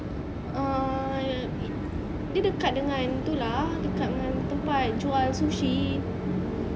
ah dia dekat dengan tu lah dekat dengan tempat jual sushi